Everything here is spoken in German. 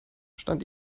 stand